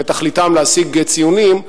שתכליתם להשיג ציונים,